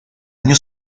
año